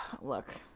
Look